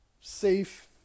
safe